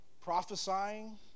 Prophesying